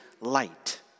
light